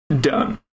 Done